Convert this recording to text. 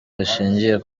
rishingiye